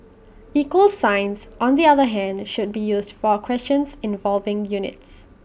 equal signs on the other hand should be used for questions involving units